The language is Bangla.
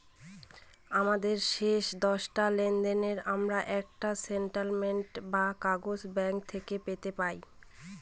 আমাদের শেষ দশটা লেনদেনের আমরা একটা স্টেটমেন্ট বা কাগজ ব্যাঙ্ক থেকে পেতে পাই